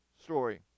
story